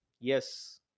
Yes